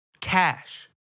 cash